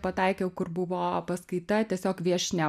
pataikiau kur buvo paskaita tiesiog viešnia